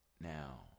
Now